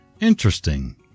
Interesting